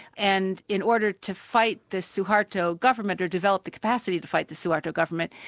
and in order to fight the suharto government, to develop the capacity to fight the suharto government,